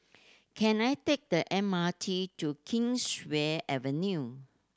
can I take the M R T to Kingswear Avenue